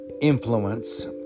influence